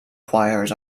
choirs